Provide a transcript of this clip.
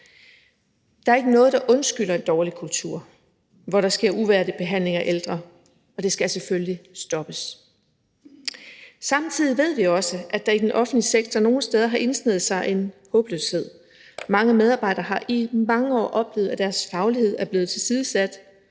Der er ikke noget, der undskylder en dårlig kultur, hvor der sker uværdig behandling af ældre, og det skal selvfølgelig stoppes. Samtidig ved vi også, at der i den offentlige sektor nogle steder har indsneget sig en håbløshed. Mange medarbejdere har i mange år oplevet, at deres faglighed er blevet tilsidesat